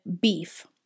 beef